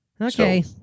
Okay